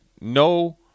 no